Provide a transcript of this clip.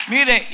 Mire